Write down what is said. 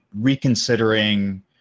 reconsidering